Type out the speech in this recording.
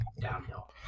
downhill